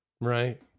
Right